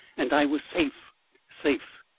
and i was safe safe!